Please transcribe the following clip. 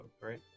right